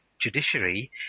judiciary